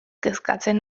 kezkatzen